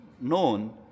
known